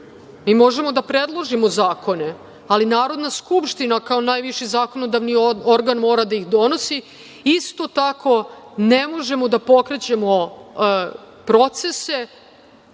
mi možemo da predložimo zakone, ali Narodna skupština, kao najviši zakonodavni organ, mora da ih donosi, isto tako ne možemo da pokrećemo procese